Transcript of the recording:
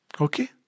Okay